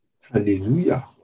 Hallelujah